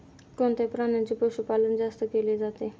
कोणत्या प्राण्याचे पशुपालन जास्त केले जाते?